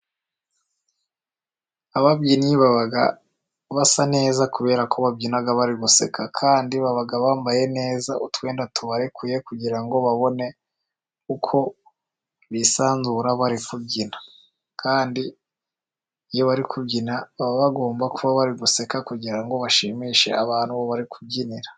Ababyinnyi baba basa neza kubera ko babyina bari guseka kandi baba bambaye neza utwenda tubarekuye kugira ngo ngo babone uko bisanzura bari kubyina. Kandi iyo bari kubyina, baba bagomba kuba bari guseka kugira ngo bashimishe abantu bari kubyinira.